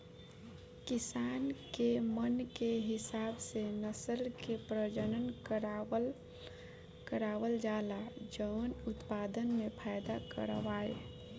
किसान के मन के हिसाब से नसल के प्रजनन करवावल जाला जवन उत्पदान में फायदा करवाए